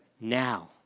now